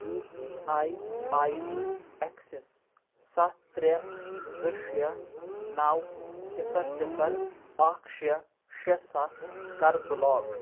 U P I I D access سَتھ ترٛےٚ زٕ شےٚ نَو صِفَر صِفَر اَکھ شےٚ شےٚ سَتھ کَر بلاک